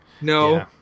no